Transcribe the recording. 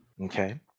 Okay